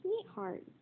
sweetheart